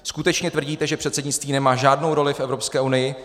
Skutečně tvrdíte, že předsednictví nemá žádnou roli v Evropské unii?